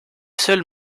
seul